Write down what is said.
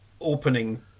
opening